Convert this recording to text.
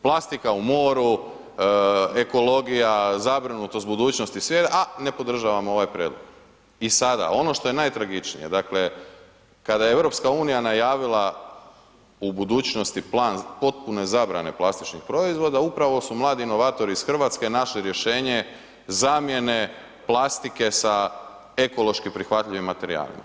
Plastika u moru, ekologija, zabrinutost budućnosti i svijeta a ne podržavamo ovaj prijedlog i sada ono što je najtragičnije, dakle kada je EU najavila u budućnosti plan potpune zabrane plastičnih proizvoda, upravo su mladi inovatori iz Hrvatske našli rješenje zamjene plastike sa ekološki prihvatljivim materijalima.